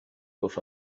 dos